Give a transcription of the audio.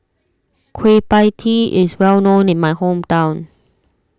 Kueh Pie Tee is well known in my hometown